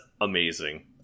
amazing